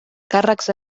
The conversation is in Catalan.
càrrecs